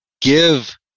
give